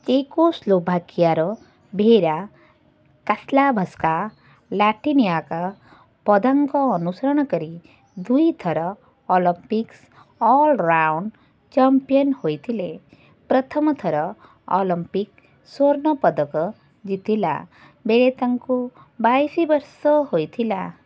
ଚେକୋସ୍ଲୋଭାକିଆର Vera Caslavska ଲାଟିନିଆଙ୍କ ପଦାଙ୍କ ଅନୁସରଣ କରି ଦୁଇ ଥର ଅଲିମ୍ପିକ୍ସ ଅଲ୍ ରାଉଣ୍ଡ ଚାମ୍ପିୟନ୍ ହୋଇଥିଲେ ପ୍ରଥମଥର ଅଲିମ୍ପିକ୍ ସ୍ୱର୍ଣ୍ଣ ପଦକ ଜିତିଲା ବେଳେ ତାଙ୍କୁ ବାଇଶ ବର୍ଷ ବୟସ ହୋଇଥିଲା